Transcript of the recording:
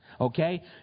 Okay